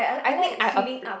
I think I appl~